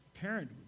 parent